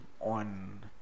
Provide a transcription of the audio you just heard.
on